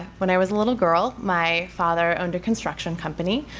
when i was little girl, my father owned a construction company,